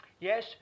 yes